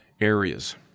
areas